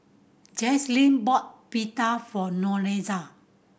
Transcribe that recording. bought Pita for Lorenza